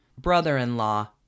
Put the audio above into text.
brother-in-law